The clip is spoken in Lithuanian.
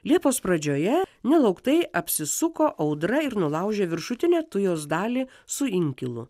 liepos pradžioje nelauktai apsisuko audra ir nulaužė viršutinę tujos dalį su inkilu